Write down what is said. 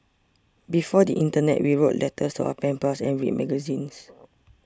before the Internet we wrote letters to our pen pals and read magazines